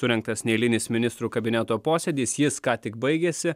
surengtas neeilinis ministrų kabineto posėdis jis ką tik baigėsi